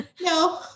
no